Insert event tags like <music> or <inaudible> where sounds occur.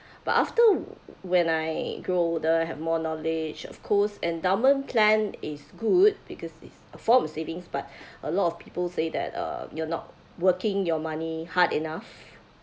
but after when I grow older have more knowledge of course endowment plan is good because it's a form of savings but <breath> a lot of people say that uh you are not working your money hard enough